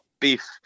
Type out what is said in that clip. beef